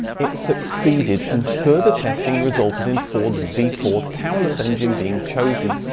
it succeeded, and further testing resulted in ford's v four taunus engine being chosen.